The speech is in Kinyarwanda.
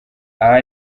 aha